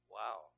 wow